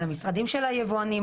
על המשרדים של היבואנים,